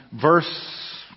verse